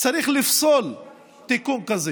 צריך לפסול תיקון כזה,